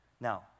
Now